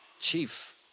Chief